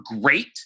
great